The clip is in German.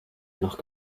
noch